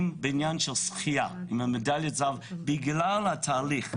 בעניין של השחייה עם מדליית הזהב בגלל התהליך.